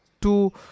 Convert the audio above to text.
two